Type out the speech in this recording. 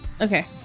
okay